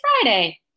Friday